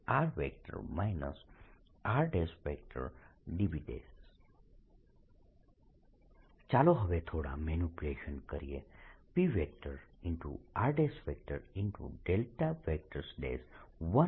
1|r r|dv ચાલો હવે થોડા મેનીપ્યુલેશન્સ કરીએ p r